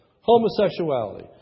homosexuality